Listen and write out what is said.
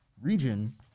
region